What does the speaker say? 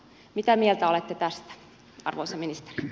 mitä mieltä olette tästä arvoisa ministeri